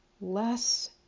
less